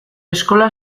eskola